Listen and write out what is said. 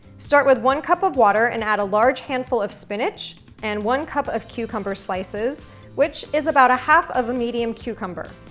start with one cup of water and add a large handful of spinach and one cup of cucumber slices which is about a half of a medium cucumber.